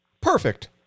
Perfect